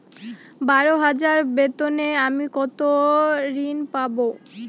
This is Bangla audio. বারো হাজার বেতনে আমি কত ঋন পাব?